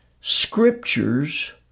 Scriptures